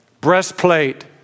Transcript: breastplate